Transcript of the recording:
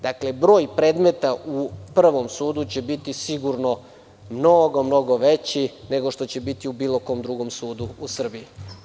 Dakle, broj predmeta u Prvom sudu će biti sigurno mnogo veći nego što će biti u bilo kom drugom sudu u Srbiji.